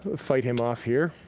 fight him off here.